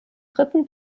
dritten